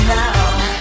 now